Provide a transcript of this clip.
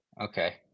Okay